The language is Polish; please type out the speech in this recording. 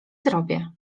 zrobię